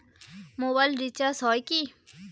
Mobile recharge হয় কি?